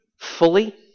fully